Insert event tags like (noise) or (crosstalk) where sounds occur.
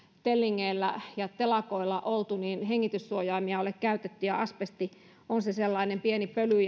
tellingeillä ja telakoilla oltu hengityssuojaimia ole käytetty ja asbesti on sellaista pientä pölyä (unintelligible)